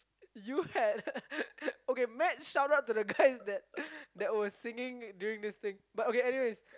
you had okay mad shout out to the guys that that were singing during this thing but okay anyways